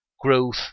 growth